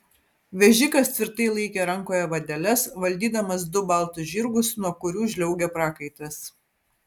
vežikas tvirtai laikė rankoje vadeles valdydamas du baltus žirgus nuo kurių žliaugė prakaitas